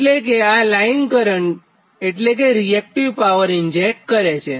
એટલે કે એ લાઇન કરંટ એટલે રીએક્ટીવ પાવર ઇન્જેક્ટ કરે છે